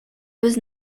was